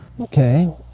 Okay